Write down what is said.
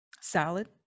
Salad